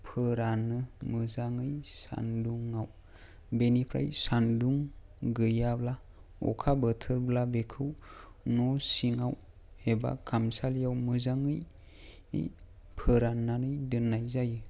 फोरानो मोजाङै सानदुंआव बेनिफ्राय सानदुं गैयाब्ला अखा बोथोरब्ला बेखौ न' सिङाव एबा खामसालियाव मोजाङै फोराननानै दोननाय जायो